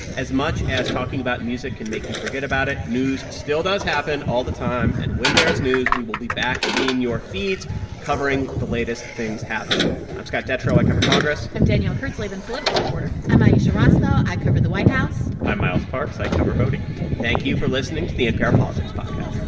as much as talking about music can make you forget about it, news still does happen all the time. and when there's news, we will be back in your feeds covering the latest things happening i'm scott detrow. i cover congress i'm danielle kurtzleben, political reporter i'm ayesha rascoe. i cover the white house i'm miles parks. i cover voting thank you for listening to the npr politics but